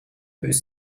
peux